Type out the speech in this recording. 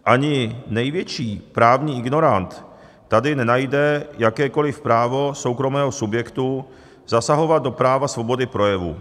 Ani největší právní ignorant tady nenajde jakékoliv právo soukromého subjektu zasahovat do práva svobody projevu.